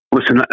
Listen